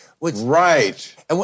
Right